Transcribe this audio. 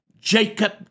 Jacob